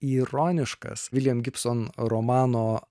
ironiškas william gibson romano